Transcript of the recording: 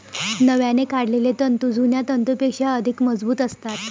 नव्याने काढलेले तंतू जुन्या तंतूंपेक्षा अधिक मजबूत असतात